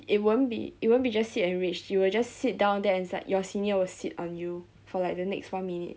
it won't be it won't be just sit and reach you will just sit down there inside your senior will sit on you for like the next four minute